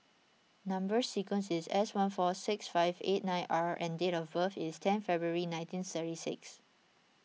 Number Sequence is S one four six five eight nine R and date of birth is ten February nineteen thirty six